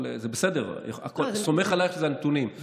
בסדר, אני סומך עלייך שאלה הנתונים.